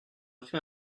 fait